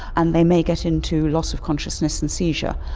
and they may get into loss of consciousness and seizure.